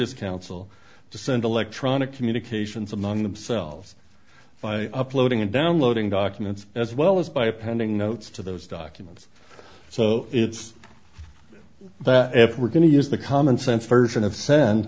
his counsel to send electronic communications among themselves by uploading and downloading documents as well as by appending notes to those documents so it's if we're going to use the common sense version of